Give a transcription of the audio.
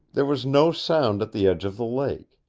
there was no sound at the edge of the lake.